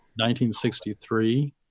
1963